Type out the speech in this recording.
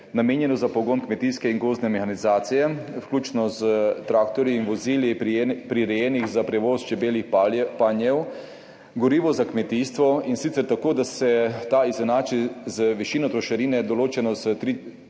namenjeno za pogon kmetijske in gozdne mehanizacije, vključno s traktorji in vozili, prirejenimi za prevoz čebeljih panjev, in gorivo za kmetijstvo, in sicer tako, da se ta izenači z višino trošarine, določeno s